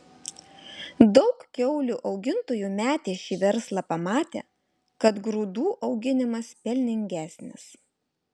daug kiaulių augintojų metė šį verslą pamatę kad grūdų auginimas pelningesnis